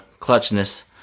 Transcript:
clutchness